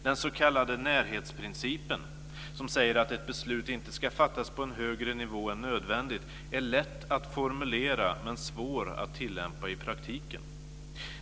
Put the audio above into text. Den så kallade närhetsprincipen, som säger att ett beslut inte skall fattas på en högre nivå än nödvändigt, är lätt att formulera, men svår att tillämpa i praktiken.